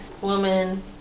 woman